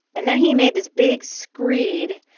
and then he made this big screed,